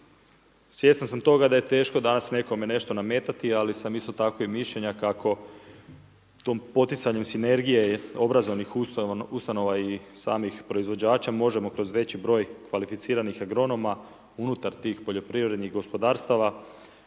Svjestan sam toga, da je teško danas nekome nešto nametati, ali sam isto tako mišljenja kako tom poticanju sinergije obrazovnih ustanova i samih proizvođača možemo kroz veći broj kvalificiranih agronoma unutar tih poljoprivrednih gospodarstava,